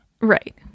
Right